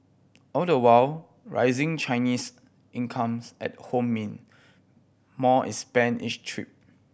all the while rising Chinese incomes at home mean more is spent each trip